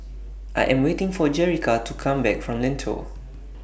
I Am waiting For Jerrica to Come Back from Lentor